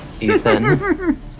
Ethan